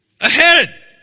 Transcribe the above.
ahead